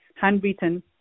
handwritten